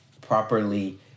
properly